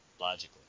Logically